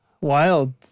Wild